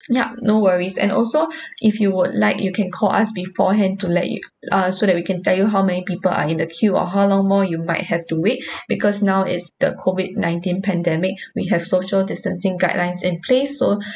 yup no worries and also if you would like you can call us beforehand to let you uh so that we can tell you how may people are in the queue or how long more you might have to wait because now it's the COVID nineteen pandemic we have social distancing guidelines in place so